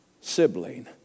sibling